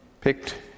picked